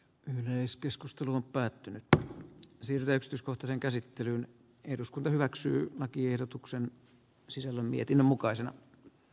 yleiskeskustelun päätynyttä sillä yksityiskohtien käsittelyyn eduskunta hyväksyi lakiehdotuksen sisällön mietinnön eniten